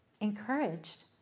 encouraged